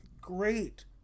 great